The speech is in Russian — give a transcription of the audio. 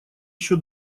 еще